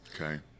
Okay